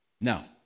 Now